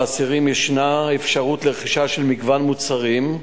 לאסירים יש אפשרות לרכישה של מגוון מוצרים,